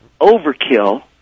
overkill